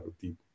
deep